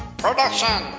production